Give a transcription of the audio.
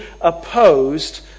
opposed